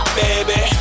baby